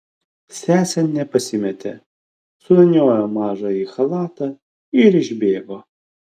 sesė nepasimėtė suvyniojo mažąją į chalatą ir išbėgo